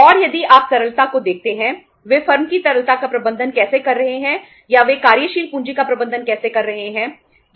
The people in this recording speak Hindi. और यदि आप तरलता को देखते हैं वे फर्म की तरलता का प्रबंधन कैसे कर रहे हैं या वे कार्यशील पूंजी का प्रबंधन कैसे कर रहे हैं